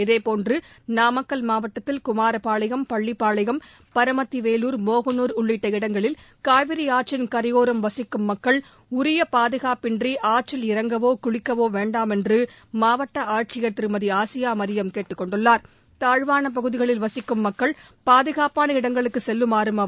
இதேபோன்று நாமக்கல் மாவட்டத்தில் குமாரபாளையம் பள்ளிப்பாளையம் பரமத்திவேலூர் மோகனூர் உள்ளிட்ட இடங்களில் காவிரி ஆற்றின் கரையோரம் வசிக்கும் மக்கள் உரிய பாதுகாப்பின்றி ஆற்றில் இறங்கவோ குளிக்கவோ வேண்டாம் என்று மாவட்ட ஆட்சியர் திருமதி ஆசியா மரியம் கேட்டுக் தாழ்வான பகுதிகளில் வசிக்கும் மக்கள் பாதுகாப்பான இடங்களுக்கு செல்லுமாறும் கொண்டுள்ளார்